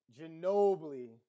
Ginobili